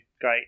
great